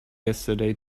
yesterday